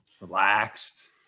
Relaxed